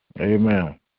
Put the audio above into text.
Amen